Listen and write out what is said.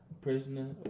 prisoner